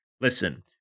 listen